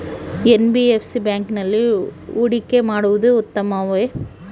NBFC ಬ್ಯಾಂಕಿನಲ್ಲಿ ಹೂಡಿಕೆ ಮಾಡುವುದು ಉತ್ತಮವೆ?